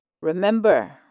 Remember